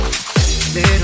Little